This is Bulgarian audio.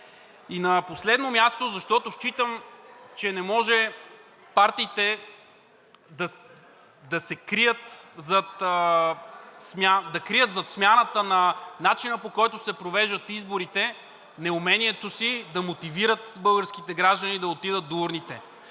И на последно място, защото считам, че не може партиите да крият зад смяната на начина, по който се провеждат изборите, неумението си да мотивират българските граждани да отидат до урните!